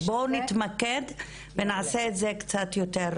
אז בואו נתמקד ונעשה את זה קצת יותר